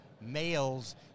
males